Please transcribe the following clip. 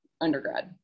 undergrad